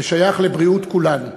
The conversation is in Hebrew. ושייך לבריאות כולנו,